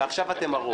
ועכשיו אתם הרוב.